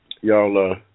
Y'all